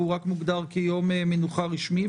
והוא רק מוגדר כיום מנוחה רשמי,